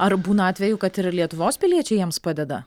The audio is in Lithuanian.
ar būna atvejų kad ir lietuvos piliečiai jiems padeda